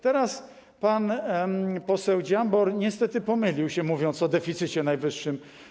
Teraz pan poseł Dziambor - niestety pomylił się, mówiąc o deficycie najwyższym.